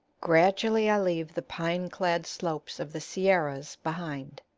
gradually i leave the pine-clad slopes of the sierras behind,